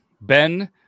Ben